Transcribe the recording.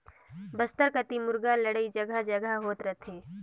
बस्तर कति मुरगा लड़ई जघा जघा होत रथे